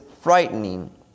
frightening